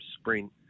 sprint